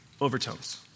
overtones